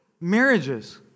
marriages